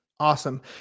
Awesome